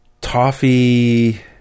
toffee